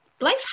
life